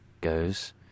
goes